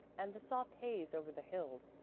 and the soft haze over the hills,